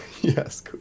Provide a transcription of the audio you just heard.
Yes